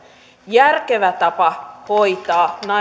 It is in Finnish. järkevä tapa hoitaa